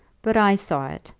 but i saw it,